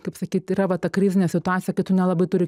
kaip sakyt yra va ta krizinė situacija kai tu nelabai turi